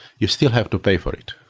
you still have to pay for it.